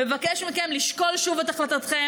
אני מבקשת מכם לשקול שוב את החלטתכם